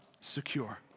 secure